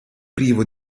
privo